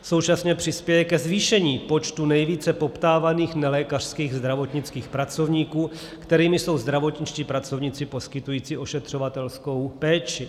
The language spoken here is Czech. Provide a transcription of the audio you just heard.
Současně přispěje ke zvýšení počtu nejvíce poptávaných nelékařských zdravotnických pracovníků, kterými jsou zdravotničtí pracovníci poskytující ošetřovatelskou péči.